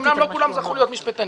אמנם לא כולם זכו להיות משפטנים.